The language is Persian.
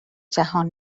جهان